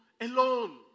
alone